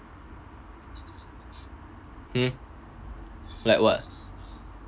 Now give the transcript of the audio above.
hmm like what